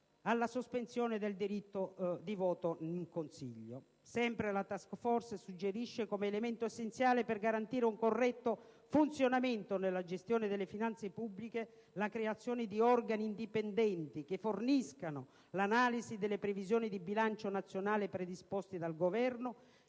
alla sospensione del diritto di voto in Consiglio. Sempre la *task force* suggerisce, come elemento essenziale per garantire un corretto funzionamento nella gestione delle finanze pubbliche, la creazione di organi indipendenti che forniscano l'analisi delle previsioni di bilancio nazionale predisposte dal Governo;